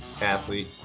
athlete